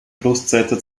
brustseite